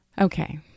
Okay